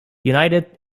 united